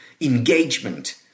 engagement